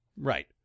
Right